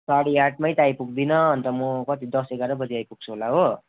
साढे आठमा त आइपुग्दिन अन्त म कति दस एघार बजे आइपुग्छु होला हो